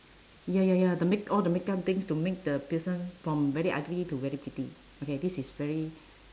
ya ya ya the make~ all the makeup things to make the person from very ugly to very pretty okay this is very